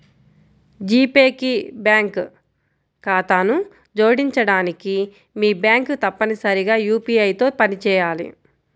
G Pay కి bank ఖాతాను జోడించడానికి, మీ బ్యాంక్ తప్పనిసరిగా యూ.పీ.ఐ తో పనిచేయాలి